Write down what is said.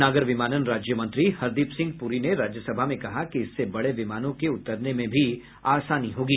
नागर विमानन राज्यमंत्री हरदीप सिंह पुरी ने राज्यसभा में कहा कि इससे बड़े विमानों के उतरने में भी आसानी होगी